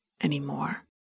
anymore